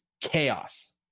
chaos